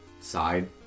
side